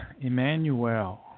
Emmanuel